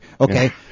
Okay